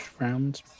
round